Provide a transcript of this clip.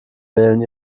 wählen